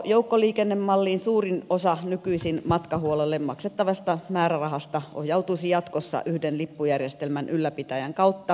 joukkoliikennemalliin suurin osa nykyisin matkahuollolle maksettavasta määrärahasta ohjautuisi jatkossa yhden lippujärjestelmän ylläpitäjän kautta toimivaltaisille viranomaisille